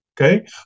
Okay